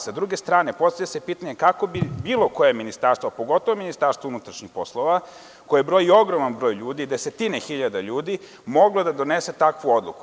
Sa druge strane, postavlja se pitanje – kako bi bilo koje ministarstvo, pogotovo MUP koji broji ogroman broj ljudi, desetine hiljade nudi, moglo da donese takvu odluku?